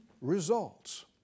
results